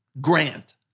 Grant